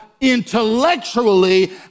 intellectually